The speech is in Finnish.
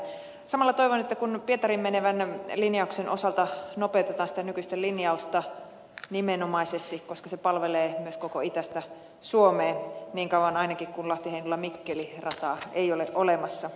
samalla toivon ja olisin kysynyt ministeriltä että kun pietariin menevän linjauksen osalta nopeutetaan sitä nykyistä linjausta nimenomaisesti koska se palvelee myös koko itäistä suomea niin kauan ainakin kuin lahtiheinolamikkeli rataa ei ole olemassa